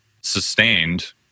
sustained